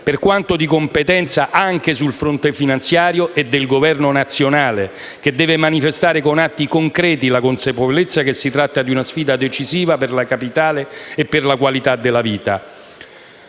per quanto di competenza anche sul fronte finanziario, e del Governo nazionale che deve manifestare con atti concreti la consapevolezza che si tratta di una sfida decisiva per la Capitale e per la qualità della vita